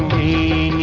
a